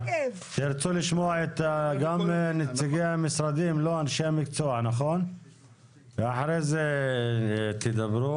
תרצו לשמוע את נציגי המשרדים ואנשי המקצוע ואחרי זה תדברו.